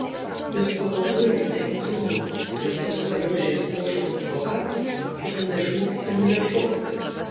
jūs pagalvojote įdomu kaip tas sukriošęs luošas advokatas ketina išmokyti mane šokti